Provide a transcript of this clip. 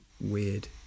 weird